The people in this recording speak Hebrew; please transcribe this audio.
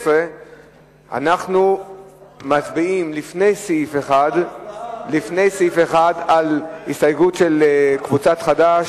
13). אנחנו מצביעים לפני סעיף 1 על הסתייגות של קבוצת חד"ש,